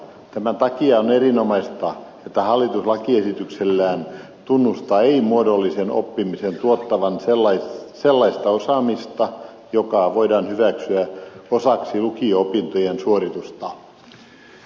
tämän takia on erinomaista että hallitus lakiesityksellään tunnustaa ei muodollisen oppimisen tuottavan sellaista osaamista joka voidaan hyväksyä osaksi lukio opintojen suoritusta